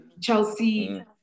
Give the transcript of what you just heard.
chelsea